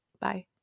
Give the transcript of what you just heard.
Bye